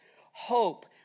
hope